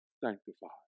Sanctified